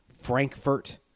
Frankfurt